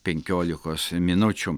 penkiolikos minučių